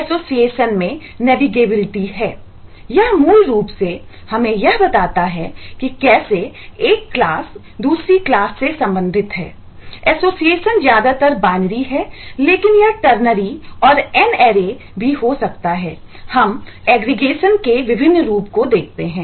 अब हम एग्रीगेशन के विभिन्न रूप को देखते हैं